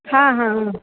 हां हां हां